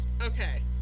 Okay